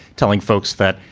telling folks that,